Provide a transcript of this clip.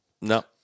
No